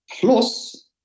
plus